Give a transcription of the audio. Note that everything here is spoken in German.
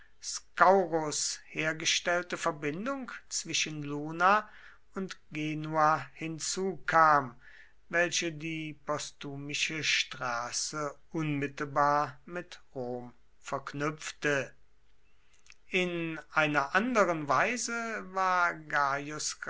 hergestellte verbindung zwischen luna und genua hinzukam welche die postumische straße unmittelbar mit rom verknüpfte in einer anderen weise war